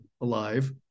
alive